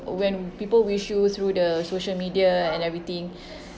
when people wish you through the social media and everything